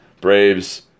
Braves